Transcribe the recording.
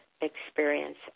experience